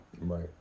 Right